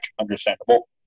understandable